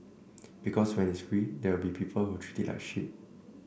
because when it's free there will be people who will treat it like shit